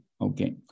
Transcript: Okay